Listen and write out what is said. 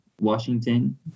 Washington